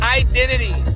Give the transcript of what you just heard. identity